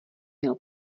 měl